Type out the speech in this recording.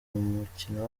mumukino